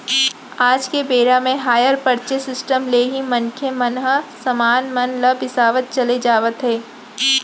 आज के बेरा म हायर परचेंस सिस्टम ले ही मनखे मन ह समान मन ल बिसावत चले जावत हे